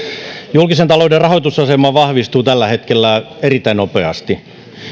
julkisen talouden rahoitusasema vahvistuu tällä hetkellä erittäin nopeasti